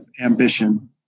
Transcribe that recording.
ambition